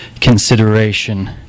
consideration